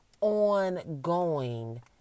ongoing